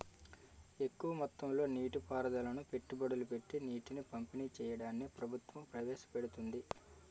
ఎక్కువ మొత్తంలో నీటి పారుదలను పెట్టుబడులు పెట్టీ నీటిని పంపిణీ చెయ్యడాన్ని ప్రభుత్వం ప్రవేశపెడుతోంది